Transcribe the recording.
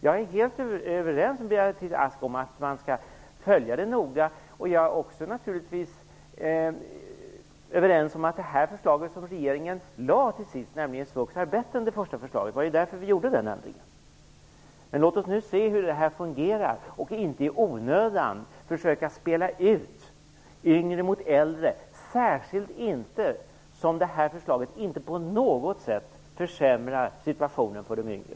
Jag är helt överens med Beatrice Ask om att man skall följa det noga. Jag instämmer också i att det förslag som regeringen till sist lade fram, nämligen svux, är bättre än det första förslaget. Det var därför vi gjorde den ändringen. Men låt oss nu se hur det här fungerar och inte i onödan försöka spela ut yngre mot äldre, särskilt inte som det här förslaget inte på något sätt försämrar situationen för de yngre.